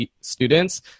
students